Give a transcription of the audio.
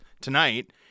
tonight